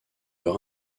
leur